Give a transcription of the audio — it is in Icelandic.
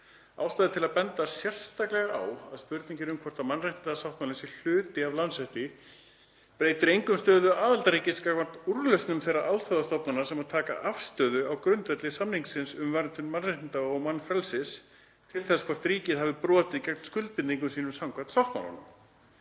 Ástæða er til að benda sérstaklega á að spurningin um hvort mannréttindasáttmálinn sé hluti af landsrétti breytir engu um stöðu aðildarríkis gagnvart úrlausnum þeirra alþjóðastofnana sem taka afstöðu á grundvelli samningsins um verndun mannréttinda og mannfrelsis til þess hvort ríkið hafi brotið gegn skuldbindingum sínum samkvæmt